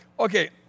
Okay